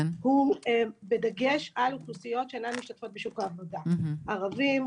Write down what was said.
הוא בדגש על אוכלוסיות שאינן משתתפות בשוק העבודה: ערבים,